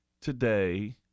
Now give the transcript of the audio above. today